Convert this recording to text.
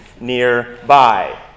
nearby